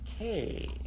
Okay